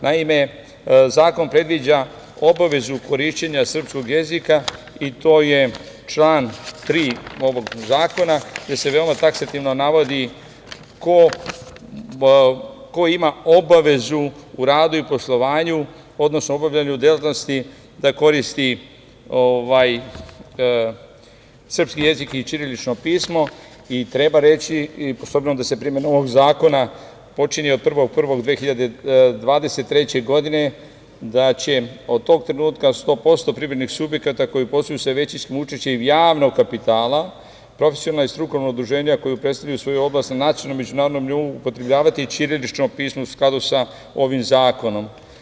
Naime, zakon predviđa obavezu korišćenja srpskog jezika i to je član 3. ovog zakona, gde se veoma taksativno navodi ko ima obavezu u radu i poslovanju, odnosno obavljanju delatnosti da koristi srpski jezik i ćirilično pismo i treba reći, s obzirom da se sa primenom ovog zakona počinje od 1. januara 2023. godine da će od tog trenutka 100% privrednih subjekata koji posluju sa većinskim učešćem javnog kapitala, profesionalna i strukovna udruženja koji predstavljaju svoju oblast na nacionalnom i međunarodnom nivou upotrebljavati ćirilično pismo u skladu sa ovim zakonom.